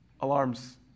alarms